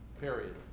period